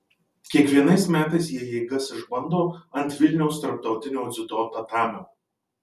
kiekvienais metais jie jėgas išbando ant vilniaus tarptautinio dziudo tatamio